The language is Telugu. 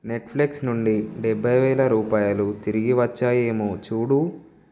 నెట్ఫ్లిక్స్ నుండి డెబ్భై వేల రూపాయలు తిరిగివచ్చాయేమో చూడు